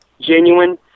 genuine